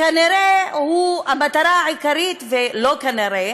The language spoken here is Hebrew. כנראה המטרה העיקרית, לא כנראה.